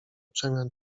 przemian